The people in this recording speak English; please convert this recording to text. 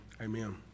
Amen